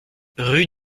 rue